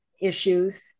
issues